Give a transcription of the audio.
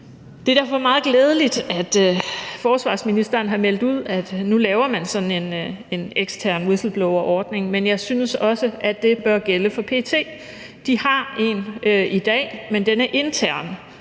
Det er derfor meget glædeligt, at forsvarsministeren har meldt ud, at man nu laver sådan en ekstern whistleblowerordning, men jeg synes også, at det bør gælde for PET. De har en i dag, men den er intern,